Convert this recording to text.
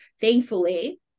Thankfully